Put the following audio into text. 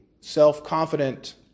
self-confident